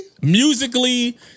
musically